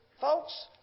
Folks